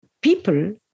people